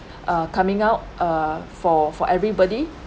uh coming out uh for for everybody